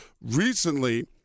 Recently